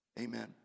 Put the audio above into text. amen